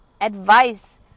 advice